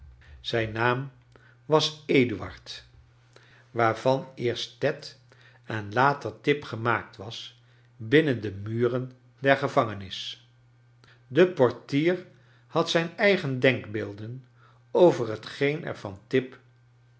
zijn naam was eduard waarvan eerst ted en later tip gemaakt was binnen de muren dcr gevangenis de portier had zijn eigen denkbeelden over hetgeen er van tip